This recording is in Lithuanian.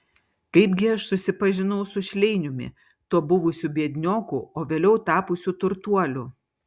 kaipgi aš susipažinau su šleiniumi tuo buvusiu biednioku o vėliau tapusiu turtuoliu